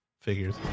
Figures